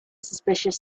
suspicious